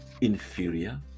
inferior